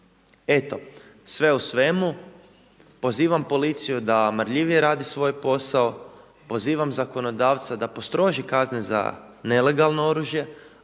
Eto, sve u svemu pozivam policiju da marljivije radi svoj posao, pozivam zakonodavca da postroži kazne za nelegalno oružje,